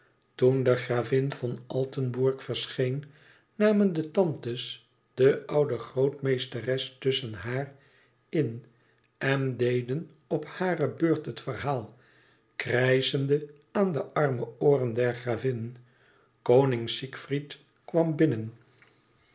de gravin von altenburg verscheen namen de tantes de oude grootmeesteres tusschen haar in en deden op hare beurt het verhaal krijschende aan de arme ooren der gravin koning siegfried kwam binnen